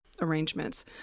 arrangements